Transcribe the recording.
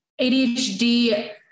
ADHD